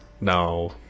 No